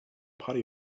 party